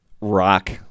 rock